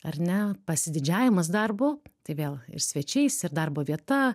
ar ne pasididžiavimas darbu tai vėl ir svečiais ir darbo vieta